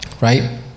right